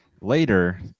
later